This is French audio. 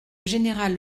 général